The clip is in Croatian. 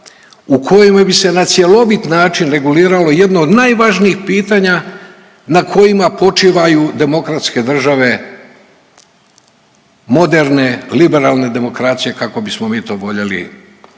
u kojemu bi se na cjelovit način reguliralo jedno od najvažnijih pitanja na kojima počivaju demokratske države moderne, liberalne demokracije kako bismo mi to voljeli